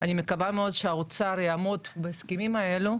אני מקווה שהאוצר יעמוד בהסכמים האלה,